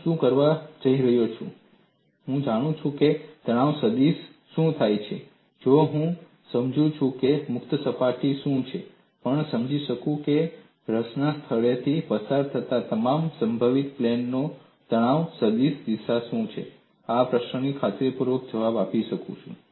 હું શું કરવા જઈ રહ્યો છું જો હું જાણું છું કે તણાવ સદીશનું શું થાય છે જો હું સમજું છું કે મુક્ત સપાટી શું છે જો હું પણ સમજી શકું કે રસના સ્થળેથી પસાર થતા તમામ સંભવિત પ્લેનનો પર તણાવ સદીશની દિશા શું છે હું આ પ્રશ્નનો ખાતરીપૂર્વક જવાબ આપી શકું છું